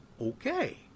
okay